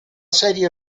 serie